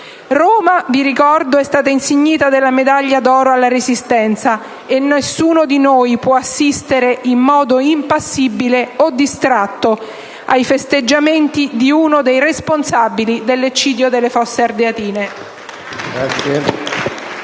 Roma è stata insignita della medaglia d'oro alla Resistenza e nessuno di noi può assistere in modo impassibile o distratto ai festeggiamenti di uno dei responsabili dell'eccidio delle Fosse Ardeatine.